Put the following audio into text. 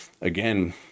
again